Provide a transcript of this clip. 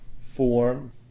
form